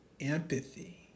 Empathy